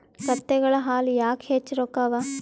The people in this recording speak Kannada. ಕತ್ತೆಗಳ ಹಾಲ ಯಾಕ ಹೆಚ್ಚ ರೊಕ್ಕ ಅವಾ?